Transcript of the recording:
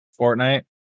Fortnite